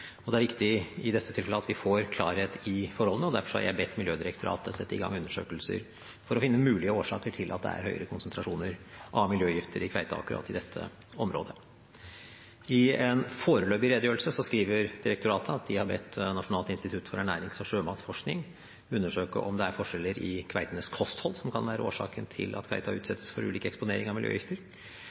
og det er viktig i dette tilfellet at vi får klarhet i forholdene. Derfor har jeg bedt Miljødirektoratet sette i gang undersøkelser for å finne mulige årsaker til at det er høyere konsentrasjoner av miljøgifter i kveita i akkurat dette området. I en foreløpig redegjørelse skriver Miljødirektoratet at de har bedt Nasjonalt institutt for ernærings- og sjømatforskning undersøke om det er forskjeller i kveitenes kosthold som kan være årsaken til at kveita utsettes for ulik eksponering av miljøgifter.